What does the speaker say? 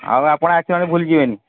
ଆଉ ଆପଣ ଆସି ମୋତେ ଭୁଲି ଯିବେନି